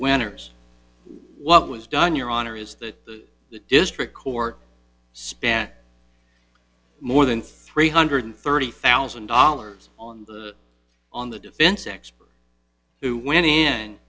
what was done your honor is that the district court spent more than three hundred thirty thousand dollars on the on the defense expert who went in